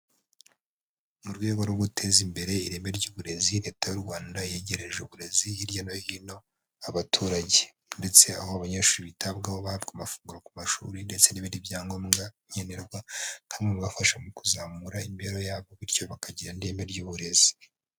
Mu rwego rwo guteza imbere ireme ry'uburezi Leta y'u Rwanda yegereje uburezi hirya no hino abaturage ndetse aho abanyeshuri bitabwaho bahabwa amafunguro ku mashuri ndetse n'ibindi byangombwa nkenerwa, nka bimwe mu bibafasha mu kuzamura imibereho yabo bityo bakagira n'ireme ry'uburezi.